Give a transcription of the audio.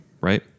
right